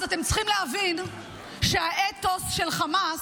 אז אתם צריכים להבין שהאתוס של חמאס,